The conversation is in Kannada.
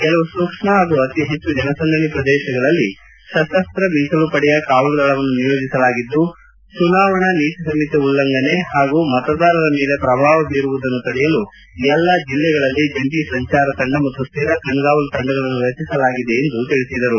ಕೆಲವು ಸೂಕ್ಷ್ಮ ಪಾಗೂ ಅತಿಹೆಚ್ಚು ಜನಸಂದಣಿ ಪ್ರದೇಶಗಳಲ್ಲಿ ಸಶಸ್ತ್ರ ಮೀಸಲು ಪಡೆಯ ಕಾವಲು ದಳವನ್ನು ನಿಯೋಜಿಸಲಾಗಿದ್ದು ಚುನಾವಣಾ ನೀತಿಸಂಹಿತೆ ಉಲ್ಲಂಘನೆ ಪಾಗೂ ಮತದಾರರ ಮೇಲೆ ಪ್ರಭಾವ ಬೀರುವುದನ್ನು ತಡೆಯಲು ಎಲ್ಲ ಜಿಲ್ಲೆಗಳಲ್ಲಿ ಜಂಟಿ ಸಂಚಾರ ತಂಡ ಮತ್ತು ಸ್ಥಿರ ಕಣ್ಗಾವಲು ತಂಡಗಳನ್ನು ರಚಿಸಲಾಗಿದೆ ಎಂದು ತಿಳಿಸಿದರು